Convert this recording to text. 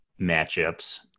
matchups